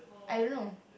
I don't know